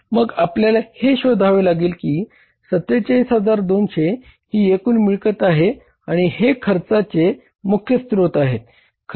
मग आपल्याला हे शोधावे लागेल कि 47200 ही एकूण मिळकत आहे आणि हे खर्चाचे मुख्य स्रोत आहे